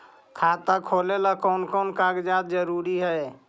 खाता खोलें ला कोन कोन कागजात जरूरी है?